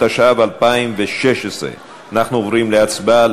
התשע"ו 2016. אנחנו עוברים להצבעה.